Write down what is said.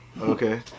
Okay